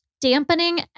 Dampening